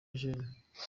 eugene